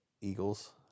Eagles